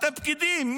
אתם פקידים.